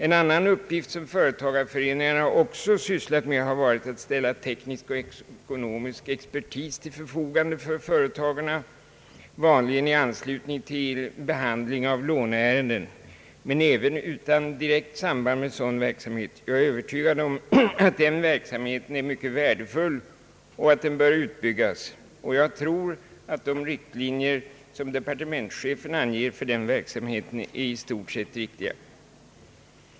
En annan uppgift som företagareföreningarna också sysslat med har varit att ställa teknisk och ekonomisk expertis till förfogande för företagarna, vanligen i anslutning till behandling av låneärenden men även utan direkt samband med sådan verksamhet. Jag är övertygad om att den verksamheten : är mycket värdefull och att den bör utbyggas. Jag tror att de riktlinjer som departementschefen anger för den verksamheten är i stort sett riktiga.